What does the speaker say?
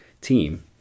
team